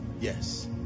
yes